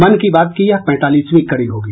मन की बात की यह पैंतालीसवीं कड़ी होगी